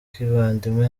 kivandimwe